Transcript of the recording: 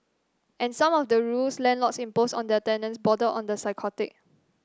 and some of the rules landlords impose on their tenants border on the psychotic